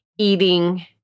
Eating